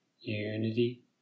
unity